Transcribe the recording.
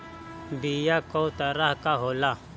बीया कव तरह क होला?